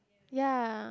ya